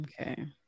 okay